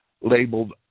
labeled